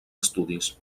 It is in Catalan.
estudis